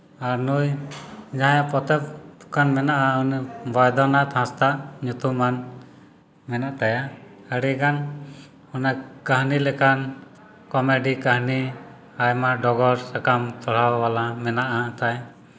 ᱟᱨ ᱱᱩᱭ ᱡᱟᱦᱟᱸᱭ ᱯᱚᱛᱚᱵ ᱫᱳᱠᱟᱱ ᱢᱮᱱᱟᱜᱼᱟ ᱵᱚᱭᱫᱚᱱᱟᱛᱷ ᱦᱟᱸᱥᱫᱟ ᱧᱩᱛᱩᱢᱟᱱ ᱢᱮᱱᱟᱜ ᱛᱟᱭᱟ ᱟᱹᱰᱤ ᱜᱟᱱ ᱚᱱᱟ ᱠᱟᱹᱦᱱᱤ ᱞᱮᱠᱟᱱ ᱠᱚᱢᱮᱰᱤ ᱠᱟᱹᱦᱱᱤ ᱟᱭᱢᱟ ᱰᱚᱜᱚᱨ ᱥᱟᱠᱟᱢ ᱯᱟᱲᱦᱟᱣ ᱵᱟᱞᱟ ᱢᱮᱱᱟᱜ ᱟᱭᱛᱟ